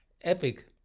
epic